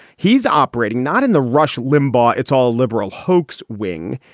he's operating not in the rush limbaugh. it's all liberal hoax wing.